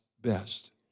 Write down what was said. best